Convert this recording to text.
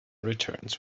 returns